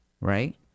right